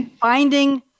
finding